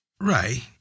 Ray